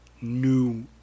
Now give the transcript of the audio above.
new